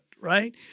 right